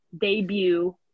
debut